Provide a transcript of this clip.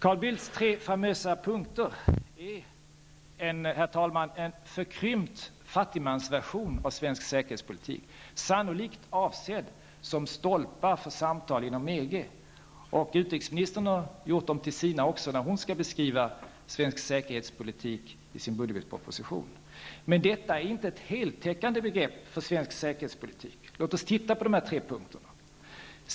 Carl Bildts tre famösa punkter, herr talman, är en förkrympt fattigmansversion av svensk säkerhetspolitik, sannolikt avsedd som stolpar för samtal inom EG. Utrikesministern har gjort dem till sina när hon skall beskriva svensk säkerhetspolitik i sin budgetproposition. Men detta är inte ett heltäckande begrepp för svensk säkerhetspolitik. Låt oss titta på de här tre punkterna.